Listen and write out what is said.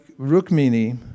Rukmini